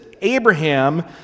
Abraham